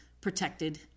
protected